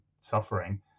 suffering